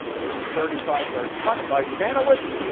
there's a thirty five yard punt by banowetz.